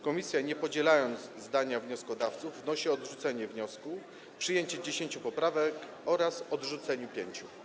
Komisja, nie podzielając zdania wnioskodawców, wnosi o odrzucenie wniosku, przyjęcie 10 poprawek oraz odrzucenie pięciu.